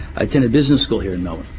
i attended business school here in melbourne.